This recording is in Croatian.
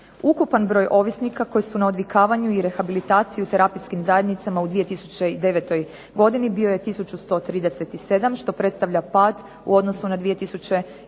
Ukupan broj ovisnika koji su na odvikavanju i rehabilitaciji u terapijskim zajednicama u 2009. godini bio je 1137 što predstavlja pad u odnosu na 2008.